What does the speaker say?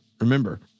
remember